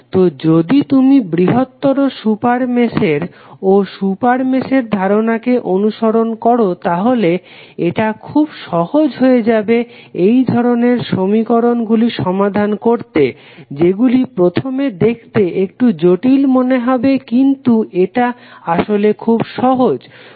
তো যদি তুমি বৃহত্তর সুপার মেশের ও সুপার মেশের ধারণাকে অনুসরন করো তাহলে এটা খুব সহজ হয়ে যাবে এই ধরনের সমীকরণ গুলি সমাধান করতে যেগুলি প্রথমে দেখতে একটু জটিল মনে হবে কিন্তু এটা আসলে খুব সহজ